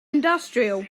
industrial